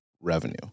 revenue